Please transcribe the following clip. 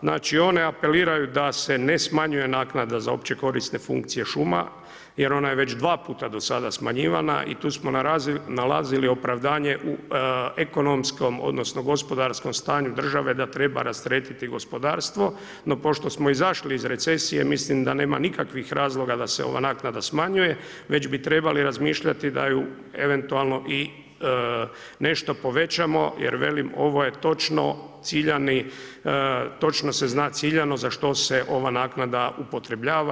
Znači one apeliraju da se ne smanjuje naknada za opće korisne funkcije šuma jer ona je već dvaputa do sada smanjivana i tu smo nalazili opravdanje u ekonomskom odnosno gospodarskom stanju države da treba rasteretiti gospodarstvo no pošto smo izašli iz recesije, mislim da nema nikakvih razloga da se ova naknada smanjuje već bi trebali razmišljati da ju eventualno nešto povećamo jer velim, točno se zna ciljano za što se ova naknada upotrebljava.